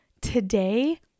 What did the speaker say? Today